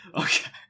Okay